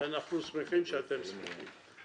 ואנחנו שמחים שאתם שמחים.